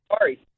sorry